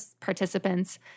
participants